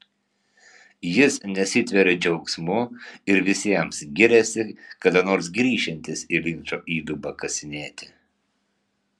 jis nesitveria džiaugsmu ir visiems giriasi kada nors grįšiantis į linčo įdubą kasinėti